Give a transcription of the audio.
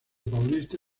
paulista